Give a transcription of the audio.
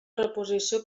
reposició